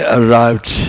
arrived